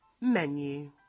menu